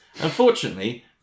Unfortunately